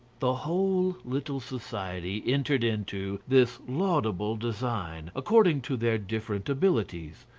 the whole little society entered into this laudable design, according to their different abilities.